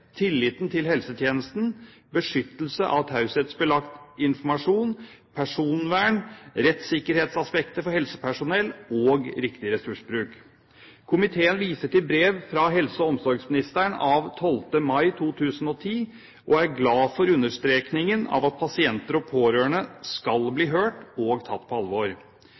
tilliten til helsetjenesten, beskyttelse av taushetsbelagt informasjon, personvern, rettssikkerhetsaspekter for helsepersonell og riktig ressursbruk. Komiteen viser til brev fra helse- og omsorgsministeren av 12. mai 2010 og er glad for understrekningen av at pasienter og pårørende skal bli hørt og tatt på alvor.